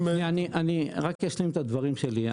אני רק אשלים את הדברים שלי.